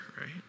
right